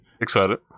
Excited